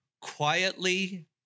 quietly